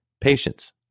patience